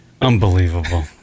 Unbelievable